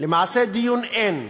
למעשה דיון אין.